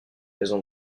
maison